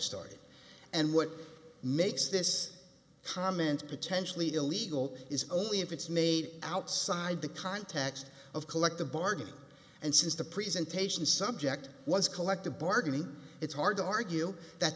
what makes this comment potentially illegal is only if it's made outside the context of collective bargaining and since the presentation subject was collective bargaining it's hard to argue that